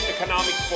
Economic